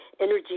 energy